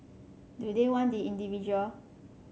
do they want the individual